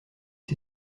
que